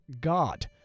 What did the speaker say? god